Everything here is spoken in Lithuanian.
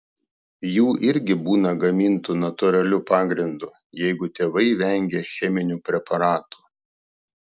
jų irgi būna gamintų natūraliu pagrindu jeigu tėvai vengia cheminių preparatų